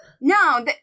No